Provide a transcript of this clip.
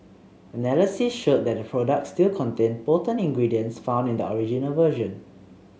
analysis showed that the products still contained potent ingredients found in the original version